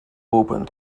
open